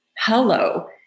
Hello